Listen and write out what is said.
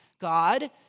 God